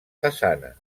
façana